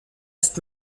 ist